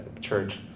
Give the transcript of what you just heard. church